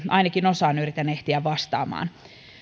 ainakin osaan yritän ehtiä vastaamaan